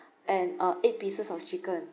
and uh eight pieces of chicken